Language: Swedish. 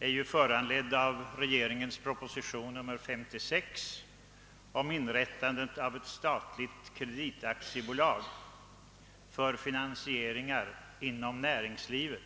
är föranledd av regeringens proposition nr 56 om inrättandet av ett statligt kreditaktiebolag för finansieringar inom näringslivet.